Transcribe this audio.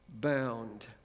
bound